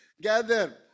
gather